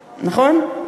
נכון?